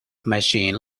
machine